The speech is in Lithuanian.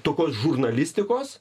tokios žurnalistikos